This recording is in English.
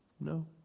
No